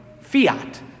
Fiat